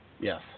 Yes